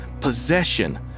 Possession